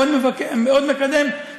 עוד מקדם,